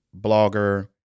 blogger